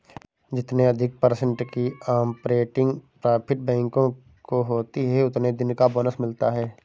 जितने अधिक पर्सेन्ट की ऑपरेटिंग प्रॉफिट बैंकों को होती हैं उतने दिन का बोनस मिलता हैं